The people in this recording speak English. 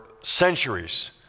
centuries